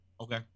Okay